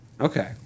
Okay